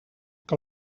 que